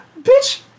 Bitch